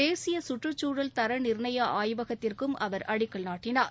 தேசிய சுற்றுச்சூழல் தர நிர்ணய ஆய்வகத்திற்கும் அவர் அடிக்கல் நாட்டினார்